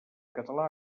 català